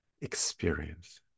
experience